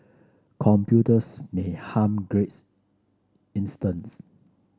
computers may harm grades instance